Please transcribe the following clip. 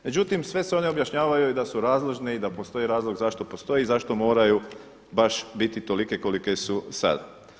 Međutim, sve se one objašnjavaju da su razložne i da postoji razlog zašto postoji i zašto moraju baš biti tolike kolike su sad.